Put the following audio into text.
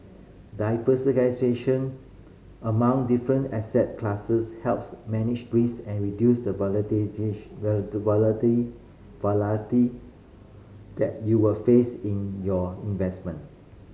diversification among different asset classes helps manage risk and reduce the volatility that you will face in your investment